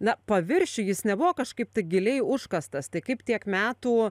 na paviršiuj jis nebuvo kažkaip tai giliai užkastas tai kaip tiek metų